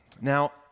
Now